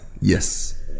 Yes